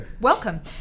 Welcome